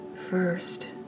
First